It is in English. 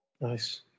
Nice